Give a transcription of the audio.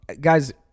guys